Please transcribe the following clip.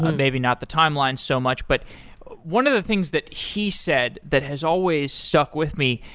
maybe not the timeline so much. but one of the things that he said that has always stuck with me,